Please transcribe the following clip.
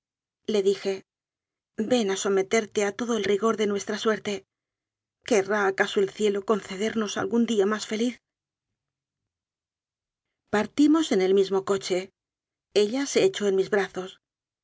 queridale dije ven a someterte a todo el rigor de nuestra suerte querrá acaso el cielo concedemos algún día má s feliz partimos en el mismo coche ella se echó en mis brazos